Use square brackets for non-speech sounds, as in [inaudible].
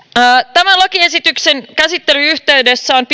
tämän lakiesityksen käsittelyn yhteydessä on [unintelligible]